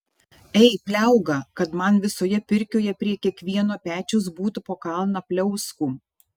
ei pliauga kad man visoje pirkioje prie kiekvieno pečiaus būtų po kalną pliauskų